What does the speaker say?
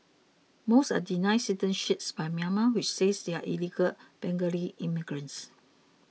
most are denied citizenship by Myanmar which says they are illegal Bengali immigrants